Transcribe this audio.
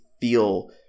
feel